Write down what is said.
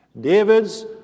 David's